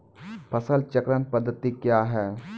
फसल चक्रण पद्धति क्या हैं?